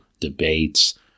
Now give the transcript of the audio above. debates